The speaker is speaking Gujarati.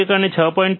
1 અને 6